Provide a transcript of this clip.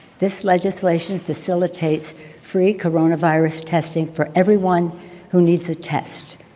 this legislation facilitates free coronavirus testing for everyone who needs a test,